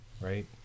right